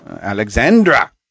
alexandra